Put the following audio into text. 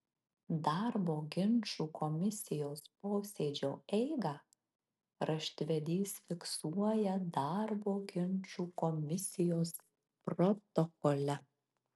darbo ginčų komisijos posėdžio eigą raštvedys fiksuoja darbo ginčų komisijos protokole